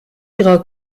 ihrer